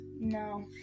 No